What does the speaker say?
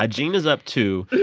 ah gene is up two.